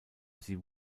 sie